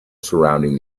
surrounding